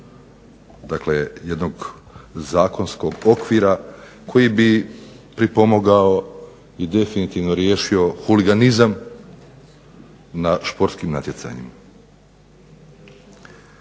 pokušaj jednog zakonskog okvira koji bi pripomogao i definitivno riješio huliganizam na športskim natjecanjima.